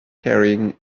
carrying